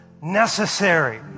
necessary